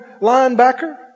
linebacker